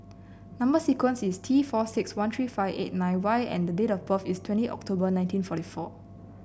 number sequence is T four six one three five eight nine Y and date of birth is twenty October nineteen forty four